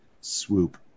swoop